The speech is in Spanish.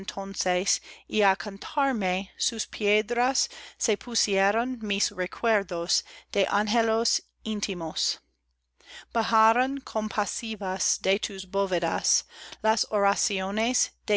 entonces y á cantarme tus piedras se pusieron mis recuerdos de anhelos íntimos bajaron compasivas de tus bóvedas las oraciones